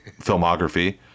filmography